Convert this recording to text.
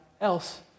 else